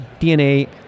DNA